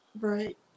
right